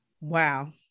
wow